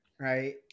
Right